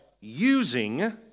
using